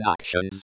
actions